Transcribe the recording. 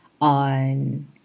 on